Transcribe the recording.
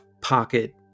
pocket